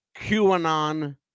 QAnon